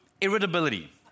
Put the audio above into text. irritability